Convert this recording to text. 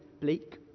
bleak